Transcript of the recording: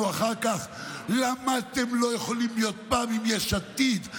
אחר כך: למה אתם לא יכולים להיות פעם עם יש עתיד,